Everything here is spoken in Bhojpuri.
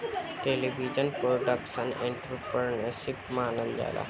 टेलीविजन प्रोडक्शन के प्रोजेक्ट आधारित एंटरप्रेन्योरशिप मानल जाला